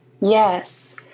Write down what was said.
yes